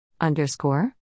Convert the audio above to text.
Underscore